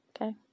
okay